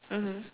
mmhmm